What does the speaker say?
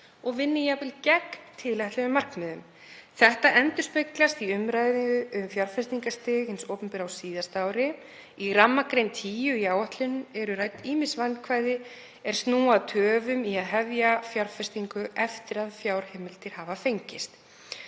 og vinni jafnvel gegn tilætluðum markmiðum. Þetta endurspeglast í umræðu um fjárfestingastig hins opinbera á síðasta ári. Í rammagrein 10 í áætlun eru rædd ýmis vandkvæði er snúa að töfum í að hefja fjárfestingu eftir að fjárheimildir hafa fengist.“